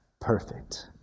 perfect